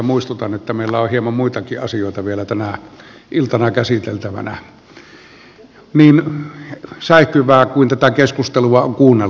muistutan että meillä on hieman muitakin asioita vielä tänä iltana käsiteltävänä niin säihkyvää kuin tätä keskustelua on kuunnellakin